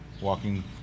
walking